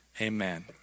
Amen